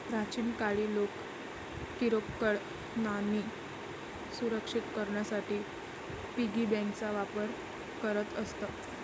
प्राचीन काळी लोक किरकोळ नाणी सुरक्षित करण्यासाठी पिगी बँकांचा वापर करत असत